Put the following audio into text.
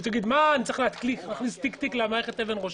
יגידו: אני צריך להכניס תיק-תיק למערכת אבן ראשה.